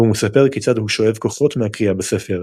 והוא מספר כיצד הוא שואב כוחות מהקריאה בספר,